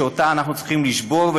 ואותה אנחנו צריכים לשבור,